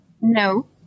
No